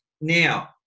Now